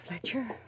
Fletcher